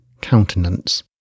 countenance